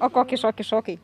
o kokį šokį šokai